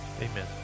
Amen